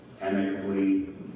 amicably